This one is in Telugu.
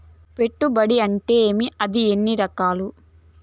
పెట్టుబడి అంటే ఏమి అది ఎన్ని రకాలు